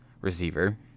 receiver